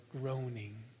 groaning